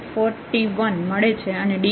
41 મળે છે અને dy 0